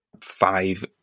five